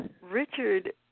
Richard